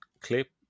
clip